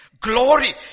glory